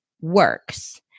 works